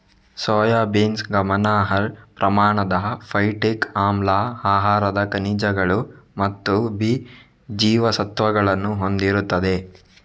soybeans ಗಮನಾರ್ಹ ಪ್ರಮಾಣದ phytic ಆಮ್ಲ, ಆಹಾರದ ಖನಿಜಗಳು ಮತ್ತು ಬಿ ಜೀವಸತ್ವಗಳನ್ನು ಹೊಂದಿರುತ್ತದೆ